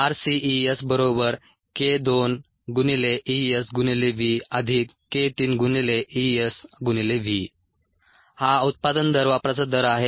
rcESk2ESVk3ESV हा उत्पादन दर वापराचा दर आहे